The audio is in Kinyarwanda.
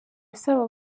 asaba